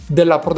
della